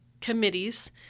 committees